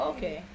Okay